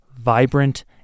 vibrant